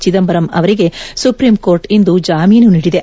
ಚಿದಂಬರಂ ಅವರಿಗೆ ಸುಪ್ರೀಂಕೋರ್ಟ್ ಇಂದು ಜಾಮೀನು ನೀಡಿದೆ